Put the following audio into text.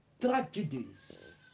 tragedies